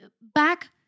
back